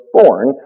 born